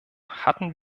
hatten